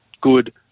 good